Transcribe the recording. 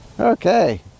Okay